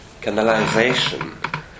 canalization